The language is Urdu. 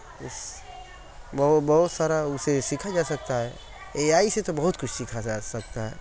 اس بہو بہت سارا اس سے سیکھا جا سکتا ہے اے آئی سے تو بہت کچھ سیکھا جا سکتا ہے